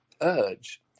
urge